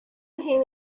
him